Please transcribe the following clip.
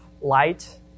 light